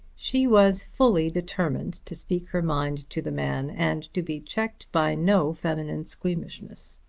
she was fully determined to speak her mind to the man and to be checked by no feminine squeamishness.